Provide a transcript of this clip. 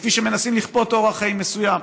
כפי שמנסים לכפות אורח חיים מסוים,